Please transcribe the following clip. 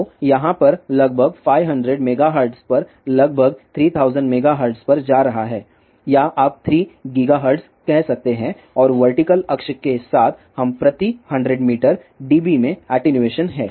तो यहाँ पर यह लगभग 500 मेगाहर्ट्ज़ पर लगभग 3000 मेगाहर्ट्ज़ पर जा रहा है या आप 3 गिगाहर्ट्ज़ कह सकते हैं और वर्टीकल अक्ष के साथ हम प्रति 100 मीटर dB में एटीन्यूएशन है